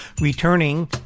returning